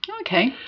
Okay